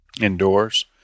indoors